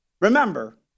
remember